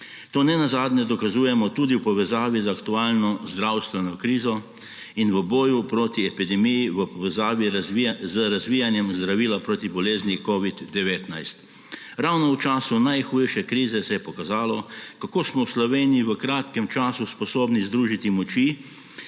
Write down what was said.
To nenazadnje dokazujemo tudi v povezavi z aktualno zdravstveno krizo in v boju proti epidemiji v povezavi z razvijanjem zdravila proti bolezni covid-19. Ravno v času najhujše krize se je pokazalo, kako smo v Sloveniji v kratkem času sposobni združiti moči